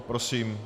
Prosím.